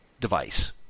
device